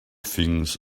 things